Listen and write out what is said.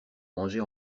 manger